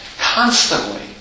constantly